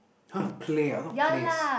!huh! play ah I thought place